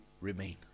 remain